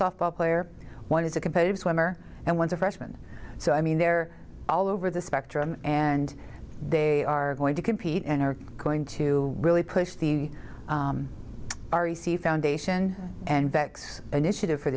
softball player one is a competitive swimmer and one's a freshman so i mean they're all over the spectrum and they are going to compete and are going to really push the r e c foundation and vex initiative for